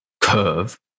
curve